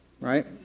right